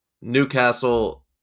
Newcastle